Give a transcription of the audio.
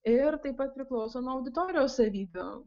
ir taip pat priklauso nuo auditorijos savybių